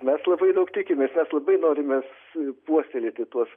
mes labai daug tikimės mes labai norimės puoselėti tuos